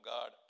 God